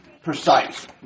Precise